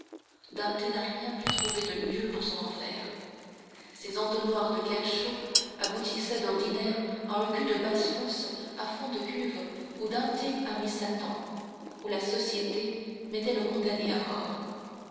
dante n'a rien pu trouver de mieux pour son enfer ces entonnoirs de cachots aboutissaient d'ordinaire à un cul de basse-fosse à fond de cuve où dante a mis satan où la société mettait le condamné à mort